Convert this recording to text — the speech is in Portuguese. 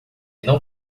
não